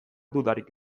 dudarik